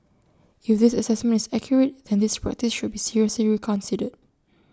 if this Assessment is accurate then this practice should be seriously reconsidered